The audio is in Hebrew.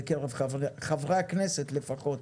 בקרב חברי הכנסת לפחות,